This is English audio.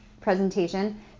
presentation